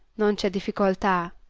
non ce difficolta,